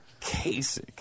Kasich